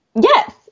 Yes